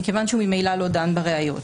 מכיוון שהוא ממילא לא דן בראיות,